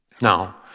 Now